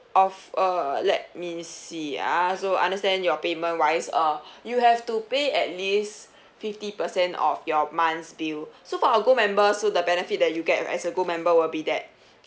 of uh let me see ah so understand your payment wise uh you have to pay at least fifty percent of your month's bill so for our gold member so the benefit that you get as a gold member will be that